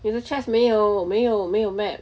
你的 chest 没有没有没有 map